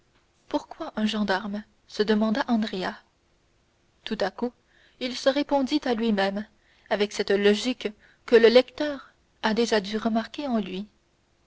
pourquoi un gendarme se demanda andrea tout à coup il se répondit à lui-même avec cette logique que le lecteur a déjà dû remarquer en lui